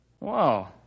wow